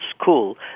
school